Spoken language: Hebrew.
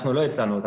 אנחנו לא הצענו אותה.